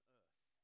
earth